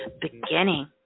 beginning